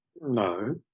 No